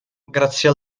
grazie